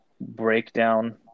breakdown